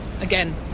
again